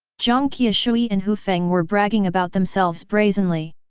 jiang qiushui and hu feng were bragging about themselves brazenly.